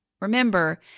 Remember